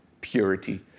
purity